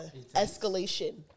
escalation